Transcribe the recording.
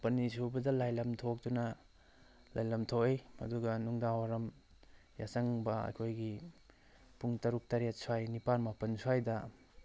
ꯃꯄꯥꯟꯅꯤ ꯁꯨꯕꯗ ꯂꯥꯏ ꯂꯝ ꯊꯣꯛꯇꯨꯅ ꯂꯥꯏ ꯂꯝꯊꯣꯛꯏ ꯑꯗꯨꯒ ꯅꯨꯡꯗꯥꯡꯋꯥꯏꯔꯝ ꯌꯥꯆꯪꯕ ꯑꯩꯈꯣꯏꯒꯤ ꯄꯨꯡ ꯇꯔꯨꯛ ꯇꯔꯦꯠ ꯁ꯭ꯋꯥꯏ ꯅꯤꯄꯥꯜ ꯃꯥꯄꯜ ꯁ꯭ꯋꯥꯏꯗ